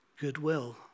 goodwill